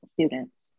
students